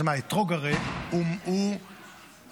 אתרוג הרי הוא הצדיק,